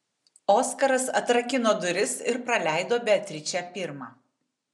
oskaras atrakino duris ir praleido beatričę pirmą